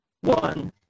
one